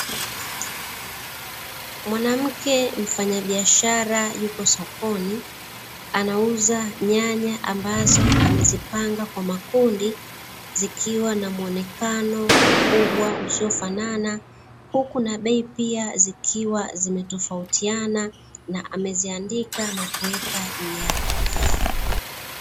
Mwanamke mfanyabiashara yuko sokoni anauza nyanya ambazo amezipanga kwa makundi, zikiwa na muonekano ukubwa usiofanana huku na bei pia zikiwa zimetofautiana, na ameziandika na kuweka juu yake.